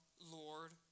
Lord